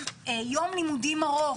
ולימודי העשרה.